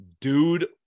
Dude